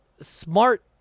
smart